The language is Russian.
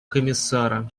комиссара